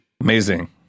amazing